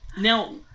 Now